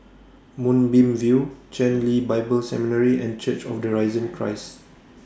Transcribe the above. Moonbeam View Chen Lien Bible Seminary and Church of The Risen Christ